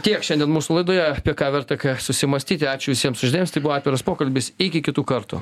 tiek šiandien mūsų laidoje apie ką verta susimąstyti ačiū visiems už dėmesį tai buvo atviras pokalbis iki kitų kartų